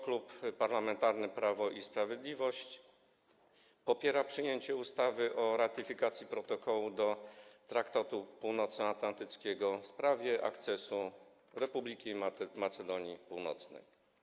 Klub Parlamentarny Prawo i Sprawiedliwość popiera przyjęcie ustawy o ratyfikacji Protokołu do Traktatu Północnoatlantyckiego w sprawie akcesji Republiki Macedonii Północnej.